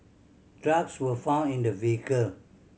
drugs were found in the vehicle